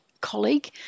colleague